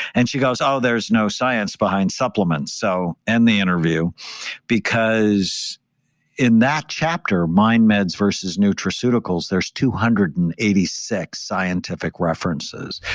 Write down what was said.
and she goes, oh, there's no science behind supplements, in so and the interview because in that chapter mind meds versus nutraceuticals, there's two hundred and eighty six scientific references.